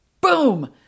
Boom